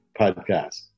podcast